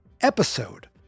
episode